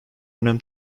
önem